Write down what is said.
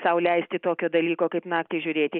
sau leisti tokio dalyko kaip naktį žiūrėti